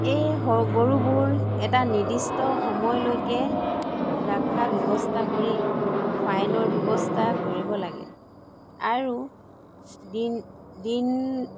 এই গৰুবোৰ এটা নিৰ্দিষ্ট সময়লৈকে ৰখাৰ ব্যৱস্থা কৰি ফাইনৰ ব্যৱস্থা কৰিব লাগে আৰু দিন